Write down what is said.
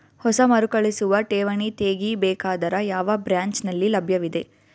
ಹೊಸ ಮರುಕಳಿಸುವ ಠೇವಣಿ ತೇಗಿ ಬೇಕಾದರ ಯಾವ ಬ್ರಾಂಚ್ ನಲ್ಲಿ ಲಭ್ಯವಿದೆ?